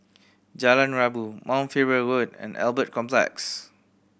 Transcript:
Jalan Rabu Mount Faber Road and Albert Complex